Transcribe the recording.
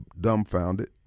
dumbfounded